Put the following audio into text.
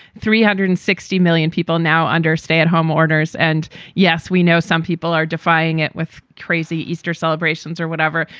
three hundred and sixty million people now understand how mourner's. and yes, we know some people are defying it with crazy easter celebrations celebrations or whatever.